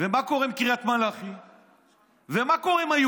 מה קורה עם קריית מלאכי?